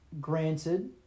Granted